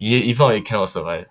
i~ if not you cannot survive